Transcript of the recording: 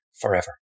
forever